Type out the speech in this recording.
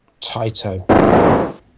Taito